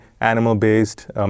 animal-based